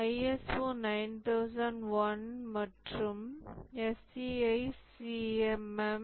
ISO 9001 மற்றும் SEI CMM